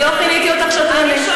אני לא כיניתי אותך שקרנית.